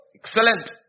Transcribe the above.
Excellent